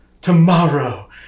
tomorrow